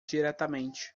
diretamente